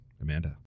Amanda